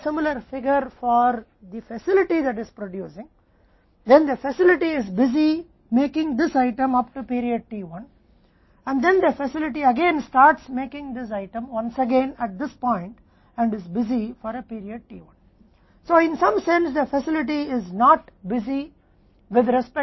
क्योंकि अगर हम उत्पादन करने वाली सुविधा के लिए एक समान आंकड़ा बनाते हैं तो सुविधा इस आइटम को अवधि t1 तक बनाने में व्यस्त है और फिर सुविधा फिर से इस आइटम को बनाना शुरू कर देती है एक बार फिर इस बिंदु पर और एक अवधि t 1 के लिए व्यस्त है